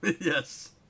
Yes